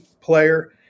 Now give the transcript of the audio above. player